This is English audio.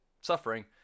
Suffering